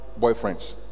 boyfriends